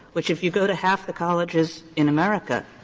which if you go to half the colleges in america,